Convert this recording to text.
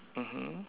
mmhmm